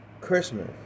Christmas